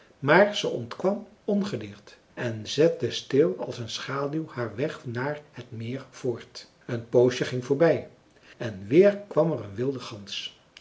maar ze ontkwam ongedeerd en zette stil als een schaduw haar weg naar het meer voort een poosje ging voorbij en weer kwam er een wilde gans